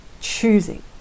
choosing